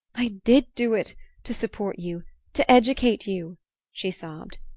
i did do it to support you to educate you she sobbed.